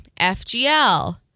FGL